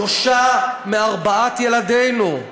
שלושה מארבעת ילדינו,